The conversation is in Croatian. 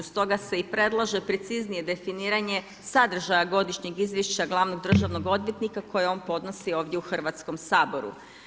Stoga se i predlaže preciznije definiranje sadržaja godišnjeg izvještaja glavnog državnog odvjetnika koje on podnosi ovdje u Hrvatskom saboru.